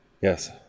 Yes